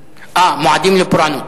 אה, מועדים לפורענות.